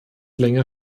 länger